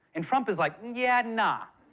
and trump is like, yeah, nah.